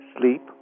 sleep